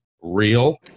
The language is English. real